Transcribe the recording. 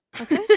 okay